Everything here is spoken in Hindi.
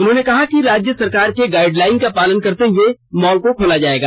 उन्होंने कहा कि राज्य सरकार के गाइडलाइन का पालन करते हुए मॉल को खोला जाएगा